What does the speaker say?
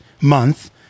Month